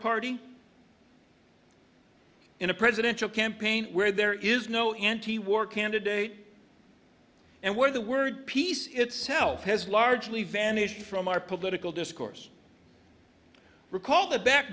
party in a presidential campaign where there is no antiwar candidate and where the word peace itself has largely vanished from our political discourse recall the back